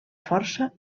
força